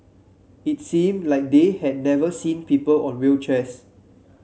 it seemed like they had never seen people on wheelchairs